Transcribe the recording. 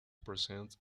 present